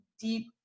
deep